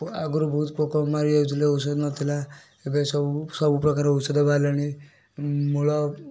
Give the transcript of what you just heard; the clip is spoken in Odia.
ତ ଆଗରୁ ବହୁତ ପୋକ ମରି ଯାଉଥିଲେ ଔଷଧ ନଥିଲା ଏବେ ସବୁ ସବୁ ପ୍ରକାର ଔଷଧ ବାହାରିଲାଣି ମୂଳ